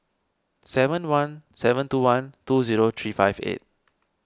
seven one seven two one two zero three five eight